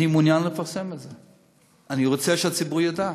אני מעוניין לפרסם את זה, אני רוצה שהציבור ידע.